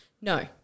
No